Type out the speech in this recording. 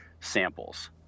samples